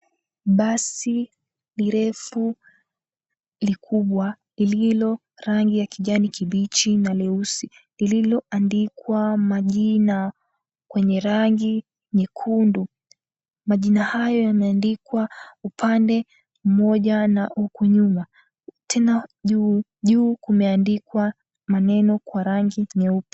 Basi lirefu likubwa lililo rangi ya kijani kibichi na leusi lililoandikwa majina kwenye rangi nyekundu. Majina hayo yameandikwa upande mmoja na huku nyuma, tena juu kumeandikwa maneno kwa rangi nyeupe.